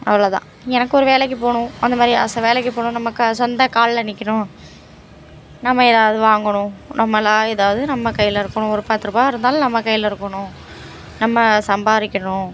அவ்வளோ தான் எனக்கு ஒரு வேலைக்கு போகணும் அந்த மாதிரி ஆசை வேலைக்கு போகணும் நம்ம க சொந்த காலில் நிற்கணும் நம்ம ஏதாவது வாங்கணும் நம்மளாக ஏதாவது நம்ம கையில் இருக்கணும் ஒரு பத்து ரூபாய் இருந்தாலும் நம்ம கையில் இருக்கணும் நம்ம சம்பாதிக்கணும்